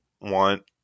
want